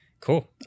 Cool